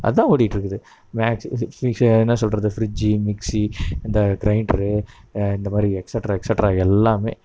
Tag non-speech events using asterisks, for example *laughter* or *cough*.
அதுதான் ஓடிக்கிட்டு இருக்குது மேக்ஸ் *unintelligible* என்ன சொல்வது ஃபிரிட்ஜ் மிக்ஸி இந்த கிரைண்ட்ரு இந்தமாதிரி எக்ஸட்ரா எக்ஸட்ரா எல்லாமே